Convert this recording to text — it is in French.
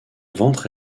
ventre